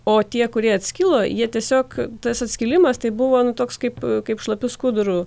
o tie kurie atskilo jie tiesiog tas atskilimas tai buvo toks kaip kaip šlapiu skuduru